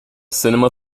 cinema